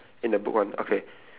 after that